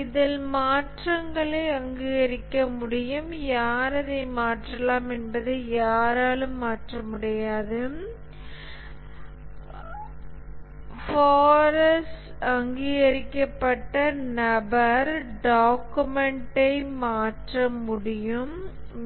இதில் மாற்றங்களை அங்கீகரிக்க முடியும் யார் அதை மாற்றலாம் என்பதை யாராலும் மாற்ற முடியாது பாரஸ்ட் அங்கீகரிக்கப்பட்ட நபர் டாக்குமெண்டை மாற்ற முடியும்